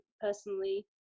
personally